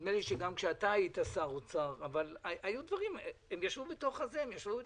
נדמה לי שגם כאשר אתה היית שר אוצר אבל הם ישבו בתוך המשרד.